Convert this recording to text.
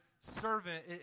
servant